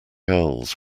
owls